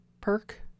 perk